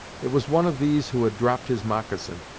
it was one of these who had dropped his moccasin,